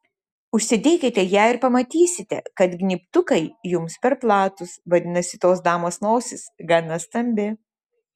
užsidėkite ją ir pamatysite kad gnybtukai jums per platūs vadinasi tos damos nosis gana stambi